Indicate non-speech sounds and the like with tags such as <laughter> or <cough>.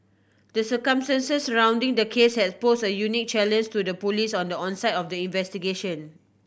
the circumstances surrounding the case has pose a unique <unintelligible> to the Police on the onset of the investigation